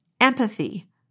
empathy